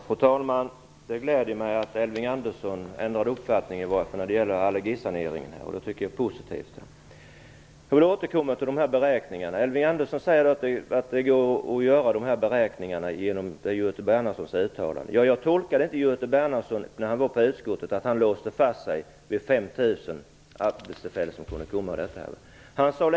Fru talman! Det gläder mig att Elving Andersson ändrade uppfattning i varje fall när det gäller allergisaneringen. Det tycker jag är positivt. Jag vill återkomma till beräkningarna. Elving Andersson säger att det går att göra beräkningar enligt Göte Bernhardssons uttalande. Jag tolkade inte det som Göte Bernhardsson sade när han var i utskottet som att han låste fast sig vid att det var 5 000 arbetstillfällen som kunde komma ut av detta förslag.